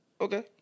Okay